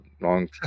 long